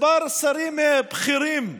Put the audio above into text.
כמה שרים בכירים מסביבו,